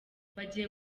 bagiye